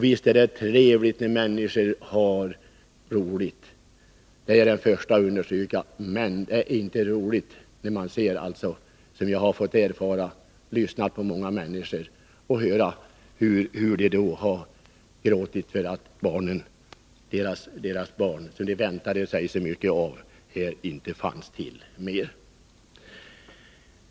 Visst är det trevligt när människor har roligt — det är jag den förste att understryka — men det är inte roligt att göra de erfarenheter som jag har gjort. Jag har alltså lyssnat till många människor som har gråtit för att deras barn, som de väntat sig så mycket av, inte längre finns till.